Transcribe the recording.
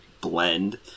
blend